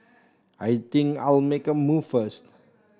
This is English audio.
I think I'll make a move first